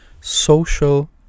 social